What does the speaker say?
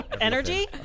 Energy